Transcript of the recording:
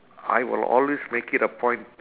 I will always make it a point